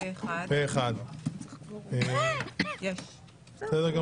הצבעה אושר.